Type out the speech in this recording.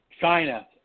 China